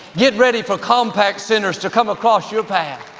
get ready for compaq centers to come across your path.